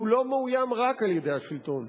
הוא לא מאוים רק על-ידי השלטון,